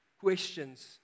questions